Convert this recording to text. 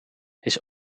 his